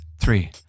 three